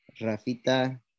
Rafita